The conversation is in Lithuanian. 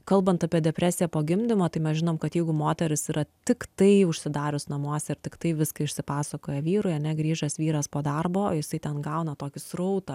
kalbant apie depresiją po gimdymo tai mes žinom kad jeigu moteris yra tiktai užsidarius namuose ir tiktai viską išsipasakoja vyrui ane grįžęs vyras po darbo jisai ten gauna tokį srautą